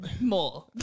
more